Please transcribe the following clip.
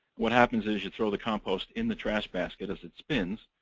what happens is you throw the compost in the trash basket as it spins,